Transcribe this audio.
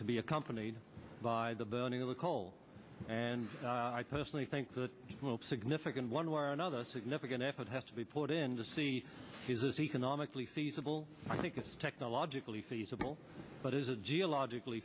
to be accompanied by the burning of the coal and i personally think that will be significant one way or another significant effort has to be put in to see whose is economically feasible i think it's technologically feasible but is it geological